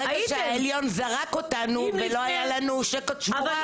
ברגע שהעליון זרק אותנו ולא היה לנו שוקת שבורה באנו לחקיקה.